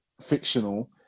fictional